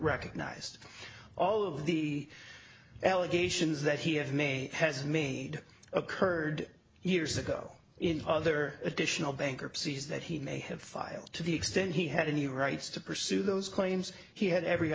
recognized all of the allegations that he have made has made occurred years ago in other additional bankruptcies that he may have filed to the extent he had any rights to pursue those claims he had every